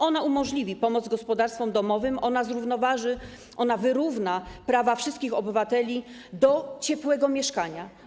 Ona umożliwi pomoc gospodarstwom domowym, ona zrównoważy, wyrówna prawo wszystkich obywateli do ciepłego mieszkania.